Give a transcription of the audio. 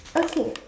okay